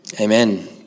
amen